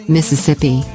Mississippi